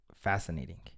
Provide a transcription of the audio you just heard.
fascinating